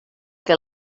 que